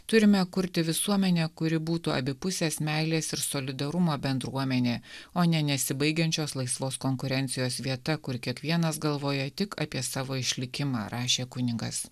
turime kurti visuomenę kuri būtų abipusės meilės ir solidarumo bendruomenė o ne nesibaigiančios laisvos konkurencijos vieta kur kiekvienas galvoja tik apie savo išlikimą rašė kunigas